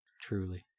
Truly